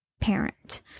parent